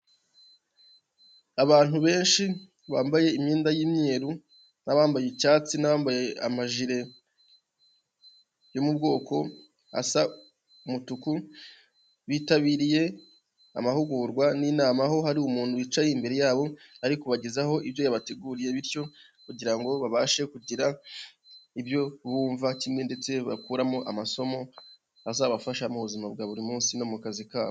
Abantu benshi bambaye imyenda y'imyeru nabambaye icyatsi nambaye amajire yo mu bwoko asa umutuku bitabiriye amahugurwa n'inama ho hari umuntu wicaye imbere yabo ari kubagezaho ibyo yabateguriye bityo kugirango ngo babashe kugira ibyo bumva kimwe ndetse bakuramo amasomo azabafasha mu buzima bwa buri munsi no mu kazi kabo.